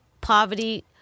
poverty